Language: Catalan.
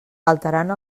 alterant